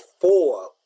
four